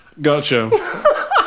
Gotcha